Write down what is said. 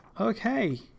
okay